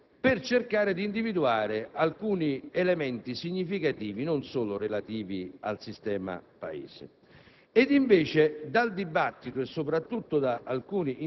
all'interno del quale noi viviamo, per cercare di individuare alcuni elementi significativi, non solo relativi al sistema Paese.